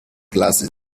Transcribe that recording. glasses